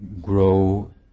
grow